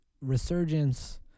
resurgence